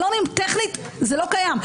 טכנית זה לא קיים.